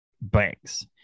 Banks